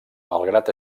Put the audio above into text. malgrat